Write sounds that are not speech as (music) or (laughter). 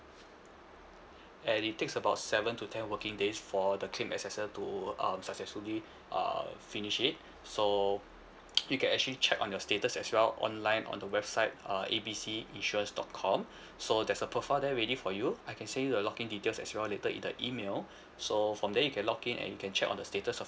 and it takes about seven to ten working days for the claim S_S_L to um successfully uh finish it so (noise) you can actually check on your status as well online on the website uh A B C insurance dot com so there's a profile there ready for you I can send you the log in details as well later in the email so from there you can log in and you can check on the status of